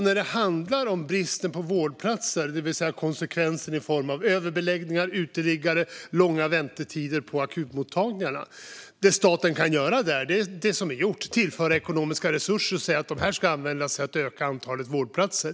När det handlar om bristen på vårdplatser, det vill säga konsekvenser i form av överbeläggningar, uteliggare och långa väntetider på akutmottagningarna, kan staten göra det som är gjort, nämligen att tillföra ekonomiska resurser och säga att de ska användas till att öka antalet vårdplatser.